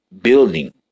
building